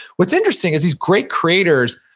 what's interesting is these great creators,